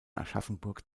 aschaffenburg